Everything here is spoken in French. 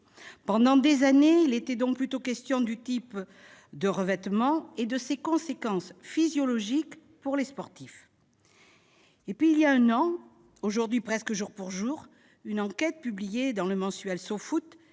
Pendant des années, il était donc plutôt question du type de revêtement et de ses conséquences physiologiques pour les sportifs. Il y a un an- aujourd'hui, presque jour pour jour -, une enquête publiée dans le mensuel est